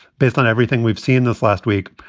based on everything we've seen this last week,